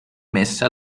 messe